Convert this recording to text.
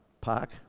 Park